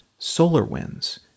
SolarWinds